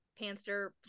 panster